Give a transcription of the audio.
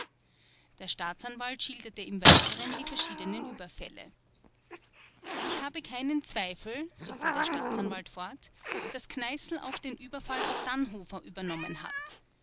der staatsanwalt schilderte im weiteren die verschiedenen überfälle ich habe keinen zweifel so fuhr der staatsanwalt fort daß kneißl auch den überfall auf dannhofer unternommen hat